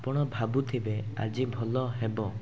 ଆପଣ ଭାବୁଥିବେ ଆଜି ଭଲ ହେବ